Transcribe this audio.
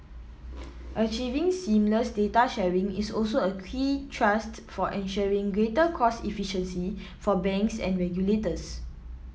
achieving seamless data sharing is also a key thrust for ensuring greater cost efficiency for banks and regulators